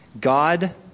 God